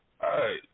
hey